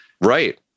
right